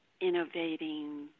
innovating